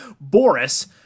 Boris